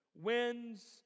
winds